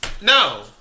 No